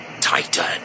Titan